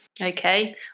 Okay